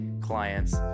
clients